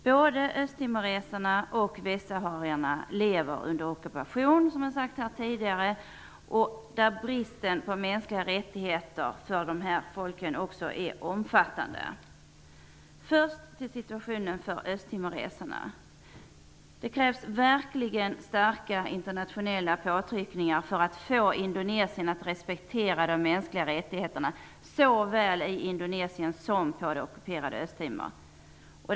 Både östtimoreserna och västsaharierna lever under ockupation, vilket har sagts här tidigare. Bristen på mänskliga rättigheter är omfattande. Först till situationen för östtimoreserna. Det krävs verkligen starka internationella påtryckningar för att få Indonesien att respektera de mänskliga rättigheterna, såväl i Indonesien som på det ockuperade Östtimor.